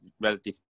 relatively